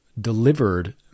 delivered